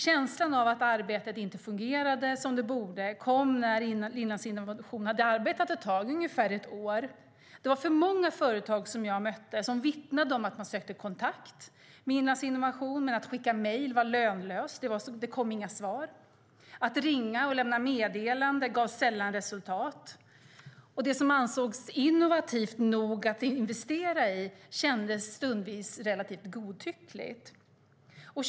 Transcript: Känslan av att arbetet inte fungerade som det borde kom när Inlandsinnovation hade arbetat ett tag, ungefär ett år. Jag mötte alltför många företag som vittnade om att de sökt kontakt med Inlandsinnovation, men att det var lönlöst att skicka mejl, för det kom inga svar. Att ringa och lämna meddelande gav sällan resultat, och vad som ansågs innovativt nog att investera i kändes stundvis relativt godtyckligt.